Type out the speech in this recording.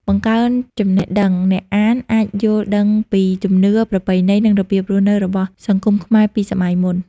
បង្កើនចំណេះដឹង អ្នកអានអាចយល់ដឹងពីជំនឿ ប្រពៃណី និងរបៀបរស់នៅរបស់សង្គមខ្មែរពីសម័យមុន។